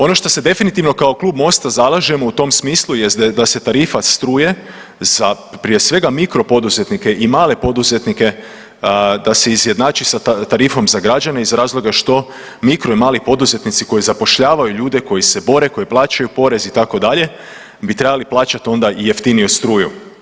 Ono što se definitivno kao klub MOST-a zalažemo u tom smislu jest da se tarifa struje za prije svega mikro poduzetnike i male poduzetnike da se izjednači sa tarifom za građane iz razloga što mikro i mali poduzetnici koji zapošljavaju ljude koji se bore, koji plaćaju porez itd. bi trebali plaćati onda i jeftiniju struju.